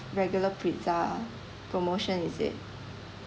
regular pizza promotion is it